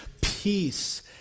Peace